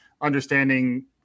understanding